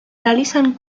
realizan